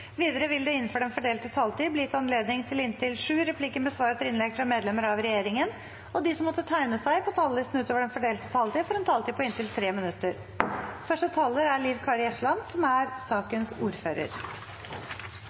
Videre vil det – innenfor den fordelte taletid – bli gitt anledning til inntil syv replikker med svar etter innlegg fra medlemmer av regjeringen, og de som måtte tegne seg på talerlisten utover den fordelte taletid, får også en taletid på inntil 3 minutter. Dette er